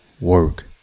work